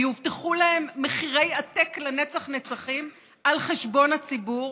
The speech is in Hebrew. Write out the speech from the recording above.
ויובטחו להם מחירי עתק לנצח נצחים על חשבון הציבור,